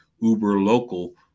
uber-local